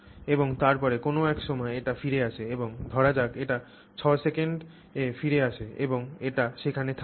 এবং তারপরে কোন এক সময় এটি ফিরে আসে এবং ধরা যাক এটি 6 সেকেন্ডে ফিরে আসে এবং এটি সেখানে থামে